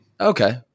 Okay